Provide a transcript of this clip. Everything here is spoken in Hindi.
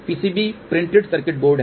पीसीबी प्रिंटेड सर्किट बोर्ड है